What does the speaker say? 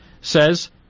says